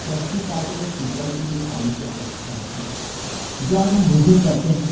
कृषि कार्य में सिंचाई के लिए पानी की आवश्कता होती है जो आज हम भोजन करते हैं